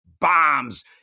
bombs